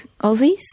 Aussies